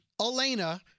Elena